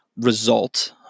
result